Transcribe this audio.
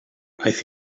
aeth